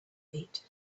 eat